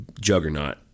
juggernaut